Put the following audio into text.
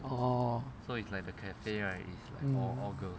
oh mm